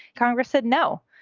congress said no.